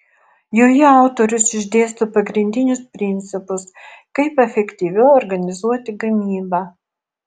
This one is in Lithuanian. joje autorius išdėsto pagrindinius principus kaip efektyviau organizuoti gamybą